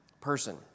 person